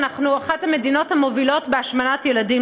אנחנו אחת המדינות המובילות בהשמנת ילדים,